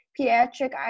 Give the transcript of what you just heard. Pediatric